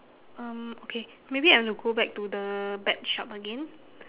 um okay maybe I wanna go back to the bet shop again